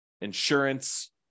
insurance